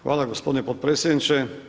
Hvala gospodine potpredsjedniče.